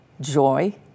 joy